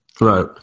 right